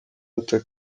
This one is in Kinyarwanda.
luther